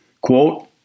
Quote